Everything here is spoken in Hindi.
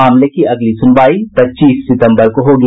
मामले की अगली सुनवाई पच्चीस सितम्बर को होगी